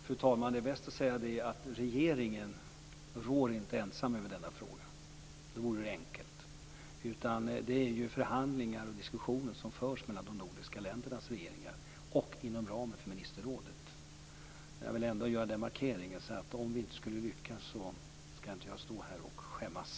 Fru talman! Det är bäst att säga att regeringen inte ensam rår över denna fråga. Om den gjorde det, skulle det vara enkelt, men det förs diskussioner och förhandlingar mellan de nordiska ländernas regeringar och inom ramen för ministerrådet. Jag vill göra den markeringen, så att jag slipper stå här och skämmas om vi inte lyckas.